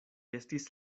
estis